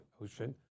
ocean